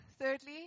Thirdly